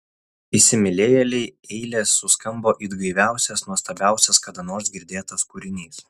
įsimylėjėlei eilės suskambo it gaiviausias nuostabiausias kada nors girdėtas kūrinys